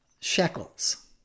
shekels